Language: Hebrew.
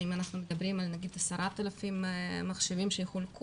שאם אנחנו מדברים על 10,000 מחשבים שחולקו